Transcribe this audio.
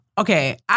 Okay